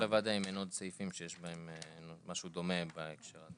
צריך לוודא אם אין עוד סעיפים שיש בהם משהו דומה בהקשר הזה.